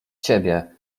ciebie